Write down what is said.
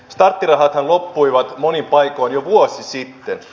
starttirahathan loppuivat monin paikoin jo vuosi sitten